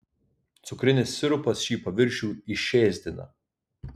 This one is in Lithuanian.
cukrinis sirupas šį paviršių išėsdina